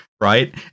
right